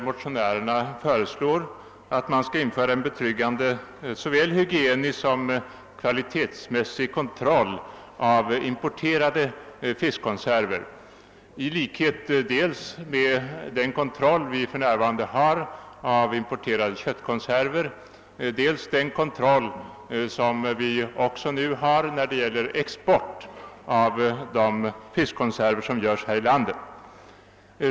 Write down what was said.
Motionärerna föreslår att det skall införas en betryggande såvil hygienisk som kvalitetsmässig kontroll av importerade fiskkonserver, i likhet dels med den kontroll vi för närvarande har av importerade köttkonserver, dels med den kontroll vi nu också har när det gäller export av fiskkonserver som tillverkas här i landet.